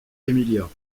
emilia